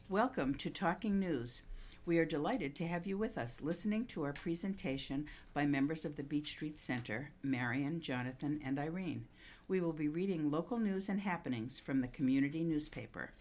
welcome to talking news we're delighted to have you with us listening to our presentation by members of the beach street center marian jonathan and irene we will be reading local news and happenings from the community newspaper